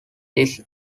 this